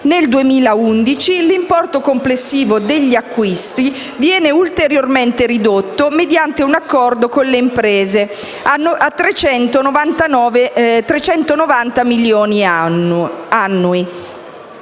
Nel 2011 l'importo complessivo degli acquisti viene ulteriormente ridotto mediante un accordo con le imprese a 390 milioni di